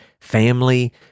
family